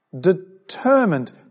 determined